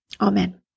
Amen